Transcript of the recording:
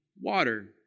water